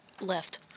left